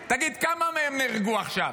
תגיד, כמה מהם נהרגו עכשיו?